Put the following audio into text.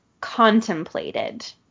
contemplated